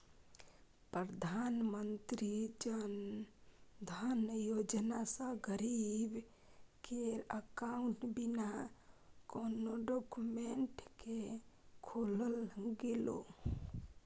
प्रधानमंत्री जनधन योजना सँ गरीब केर अकाउंट बिना कोनो डाक्यूमेंट केँ खोलल गेलै